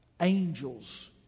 angels